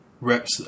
reps